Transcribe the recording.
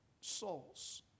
souls